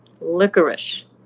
Licorice